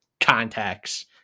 contacts